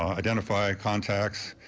identify contacts,